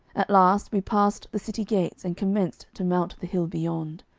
at last we passed the city gates and commenced to mount the hill beyond.